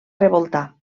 revoltar